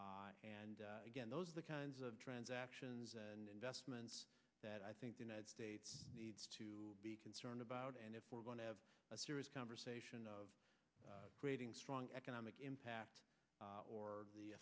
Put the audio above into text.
and again those are the kinds of transactions and investments that i think the united states needs to be concerned about and if we're going to have a serious conversation of creating strong economic impact